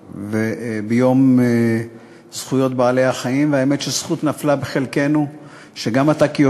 החינוך, התרבות והספורט להכנתה לקריאה